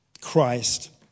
Christ